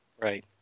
right